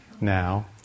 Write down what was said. now